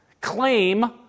claim